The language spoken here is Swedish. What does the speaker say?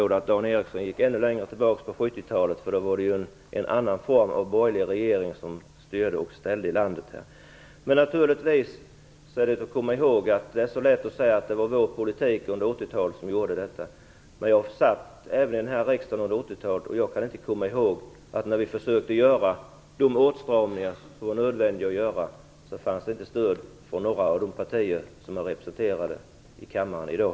Dan Ericsson gick ända tillbaka till 70-talet, då en borgerlig regering styrde och ställde i landet. Det är lätt att säga att det var vår politik under 80-talet som skapade problemen, men jag satt här i riksdagen även under 80-talet, och jag kan inte komma ihåg att det när vi försökte genomföra de nödvändiga åtstramningarna fanns stöd från några av de övriga partier som är representerade i kammaren i dag.